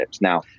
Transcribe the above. Now